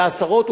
בעשרות,